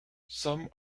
some